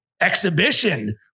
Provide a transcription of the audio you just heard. exhibition